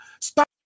Stop